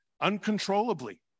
Uncontrollably